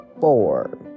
four